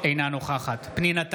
אינה נוכחת פנינה תמנו,